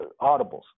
audibles